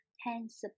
hands